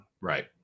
Right